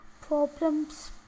problems